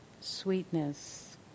sweetness